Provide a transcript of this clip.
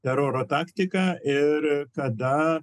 teroro taktiką ir kada